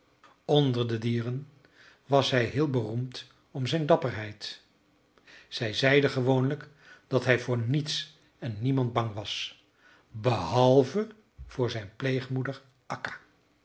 onder de dieren was hij heel beroemd om zijn dapperheid zij zeiden gewoonlijk dat hij voor niets en niemand bang was behalve voor zijn pleegmoeder akka